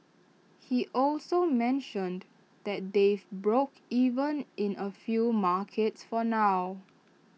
he also mentioned that they've broke even in A few markets for now